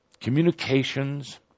Communications